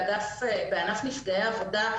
בענף נפגעי עבודה,